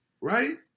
right